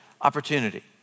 opportunity